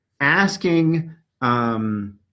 asking